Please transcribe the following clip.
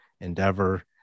endeavor